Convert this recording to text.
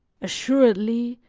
assuredly,